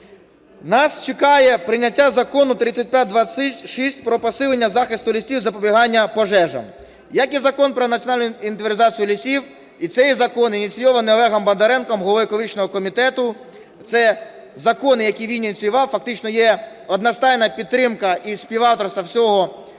Нас чекає прийняття Закону 3526 про посилення захисту лісів, запобігання пожежам. Як і Закон про національну інвентаризацію лісів, і цей закон, ініційований Олегом Бондаренком, головою колишнього комітету, це закон, який він ініціював, фактично є одностайна підтримка і співавторство всього